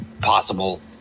possible